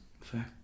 fair